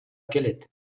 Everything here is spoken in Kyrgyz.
келет